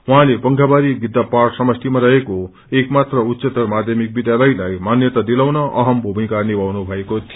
उर्जेले पंखाबारी पहाइ समष्टीमा रहेको एक मात्र उच्चतर माध्यमिक विध्यालयलाई मान्यता दिलाउन अहम भूमिका निभाउनु भएको थियो